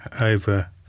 over